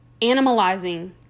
animalizing